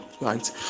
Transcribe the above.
right